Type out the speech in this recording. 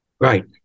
Right